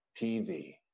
TV